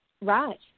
Right